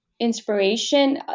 inspiration